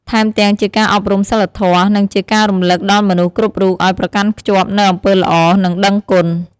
ថែមទាំង ជាការអប់រំសីលធម៌ និងជាការរំឭកដល់មនុស្សគ្រប់រូបឲ្យប្រកាន់ខ្ជាប់នូវអំពើល្អ និងដឹងគុណ។